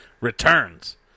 Returns